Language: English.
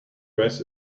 dress